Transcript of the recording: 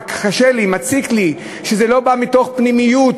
וקשה לי ומציק לי שזה לא בא מתוך פנימיות